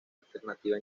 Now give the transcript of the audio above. alternativa